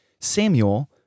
Samuel